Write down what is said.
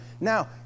Now